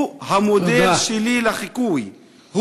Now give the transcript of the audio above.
הוא המודל שלי לחיקוי.